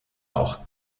auch